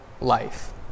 life